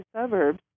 suburbs